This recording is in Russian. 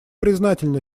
признательны